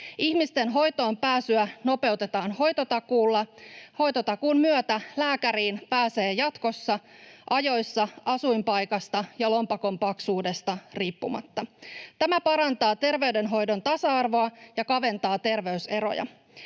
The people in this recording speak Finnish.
Ihmisten hoitoonpääsyä nopeutetaan hoitotakuulla. Hoitotakuun myötä lääkäriin pääsee jatkossa ajoissa asuinpaikasta ja lompakon paksuudesta riippumatta. Tämä parantaa terveydenhoidon tasa-arvoa ja kaventaa terveyseroja.